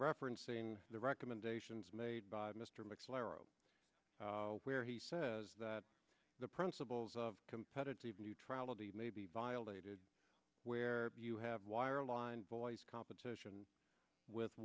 referencing the recommendations made by mr mclaren where he says that the principles of competitive neutrality may be violated where you have wireline voice competition with